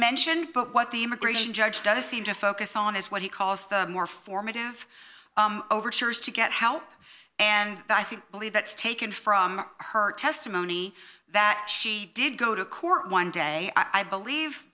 mentioned but what the immigration judge does seem to focus on is what he calls the more formative overtures to get help and i think believe that's taken from her testimony that she did go to court one day i believe